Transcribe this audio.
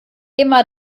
immer